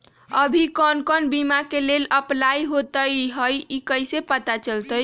अभी कौन कौन बीमा के लेल अपलाइ होईत हई ई कईसे पता चलतई?